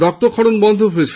রক্তক্ষরণ বন্ধ হয়েছে